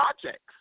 projects